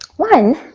One